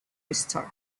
restored